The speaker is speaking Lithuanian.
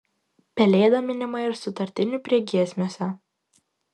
pelėda minima ir sutartinių priegiesmiuose